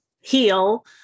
heal